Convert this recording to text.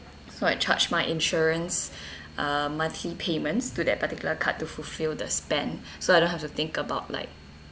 so I charged my insurance uh monthly payments to that particular card to fulfil the spend so I don't have to think about like